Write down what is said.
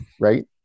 Right